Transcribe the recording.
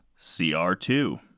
CR2